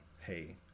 hey